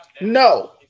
No